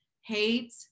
hate